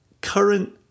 current